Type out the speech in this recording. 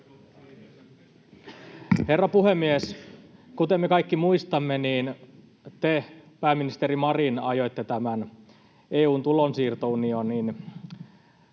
Herra puhemies! Kuten me kaikki muistamme, niin te, pääministeri Marin, ajoitte tämän EU:n tulonsiirtounionin